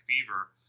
fever